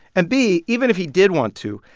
and b, even if he did want to,